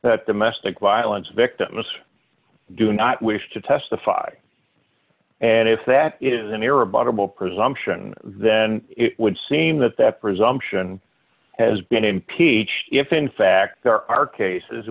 presumption domestic violence victims do not wish to testify and if that is an arab audible presumption then it would seem that that presumption has been impeached if in fact there are cases